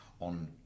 on